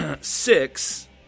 six